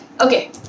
okay